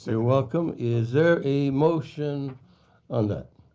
you're welcome. is there a motion on that?